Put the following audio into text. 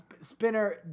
Spinner